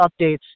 updates